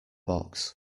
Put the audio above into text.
box